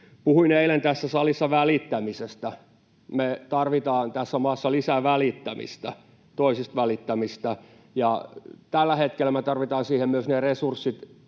Puhuin eilen tässä salissa välittämisestä. Me tarvitaan tässä maassa lisää välittämistä, toisista välittämistä, ja tällä hetkellä me tarvitaan siihen myös ne resurssit,